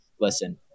Listen